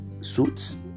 suits